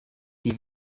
die